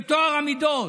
בטוהר המידות,